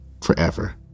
forever